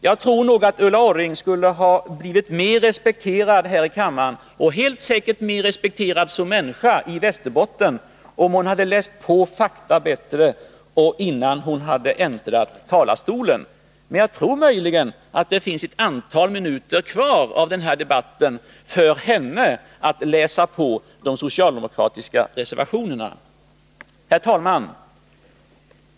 Jag tror nog att Ulla Orring skulle ha blivit mer respekterad här i kammaren — och helt säkert mer respekterad som människa i Västerbotten — om hon hade läst på fakta bättre innan hon äntrade talarstolen. Men det finns troligen ett antal minuter kvar av denna debatt så att hon kan läsa de socialdemokratiska reservationerna. Herr talman!